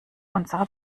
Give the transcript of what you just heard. unserer